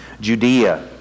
Judea